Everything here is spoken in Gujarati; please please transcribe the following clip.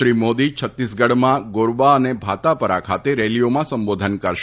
શ્રી મોદી છત્તીસગઢમાં ગોરબા અને ભાતાપરા ખાતે રેલીઓમાં સંબોધન કરશે